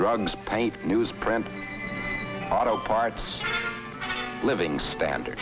drums paid newsprint auto parts living standard